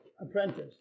apprentice